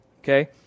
okay